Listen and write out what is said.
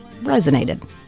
resonated